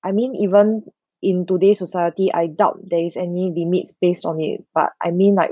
I mean even in today's society I doubt there is any limits based on it but I mean like